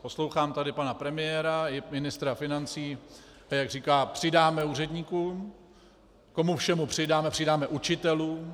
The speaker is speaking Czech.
Poslouchám tady pana premiéra i ministra financí, jak říká, přidáme úředníkům, komu všemu přidáme, přidáme učitelům.